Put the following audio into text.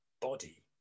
body